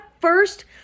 first